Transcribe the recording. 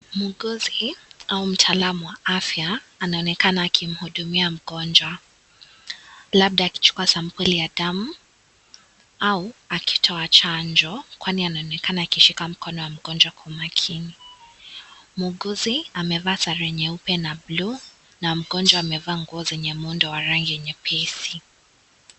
Mhuguzi au mtaalamu wa afya anaonekana akimhudumia mgonjwa, labda akichukua Sampuli ya damu au akitoa chanjo, kwani anaonekana akishika mkono wa mgonjwa kwa makini. Mhuguzi amevaa sare nyeupe na buluu na mgonjwa amevaa nguo zenye muundo wa rangi nyepesi.